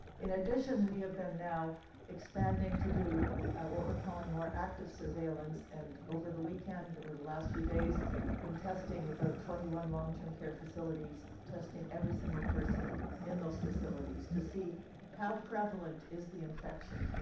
in addition, we have been now expanding to do what we're calling more active surveillance and over the weekend or the last few days been testing about twenty one long-term care facilities, testing every single person in those facilities to see how prevalent is the ininfection,